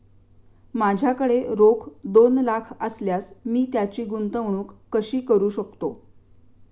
माझ्याकडे रोख दोन लाख असल्यास मी त्याची गुंतवणूक कशी करू शकतो?